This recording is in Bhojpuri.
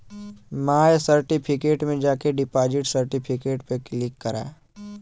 माय सर्टिफिकेट में जाके डिपॉजिट सर्टिफिकेट पे क्लिक करा